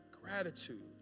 gratitude